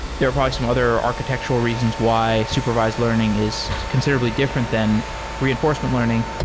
there are probably some other architectural reasons why supervised learning is considerably different than reinforcement learning.